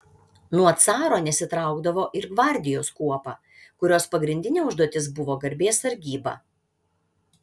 nuo caro nesitraukdavo ir gvardijos kuopa kurios pagrindinė užduotis buvo garbės sargyba